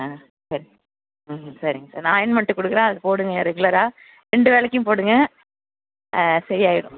ஆ சரி ம் சரிங்க சார் நான் ஆயின்மெண்ட் கொடுக்குறேன் அதை போடுங்கள் ரெகுலராக ரெண்டு வேளைக்கும் போடுங்கள் சரி ஆயிடும்